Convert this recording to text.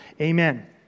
amen